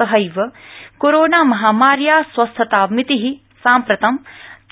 सहैव कोरोना महामार्याः स्वस्थतामितिः साम्प्रतं